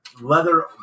leather